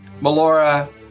Melora